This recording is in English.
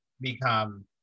become